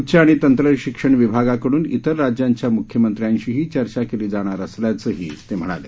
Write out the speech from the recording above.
उच्च आणि तंत्र शिक्षण विभागाकडून इतर राज्यांच्या मुख्यमंत्र्यांशीही चर्चा केली जाणार असल्याचही ते म्हणाले